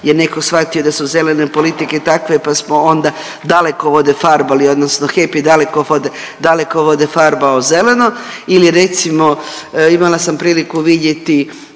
je netko shvatio da su zelene politike takve, pa smo onda dalekovode farbali, odnosno HEP je dalekovode farbao zeleno ili recimo imala sam priliku vidjeti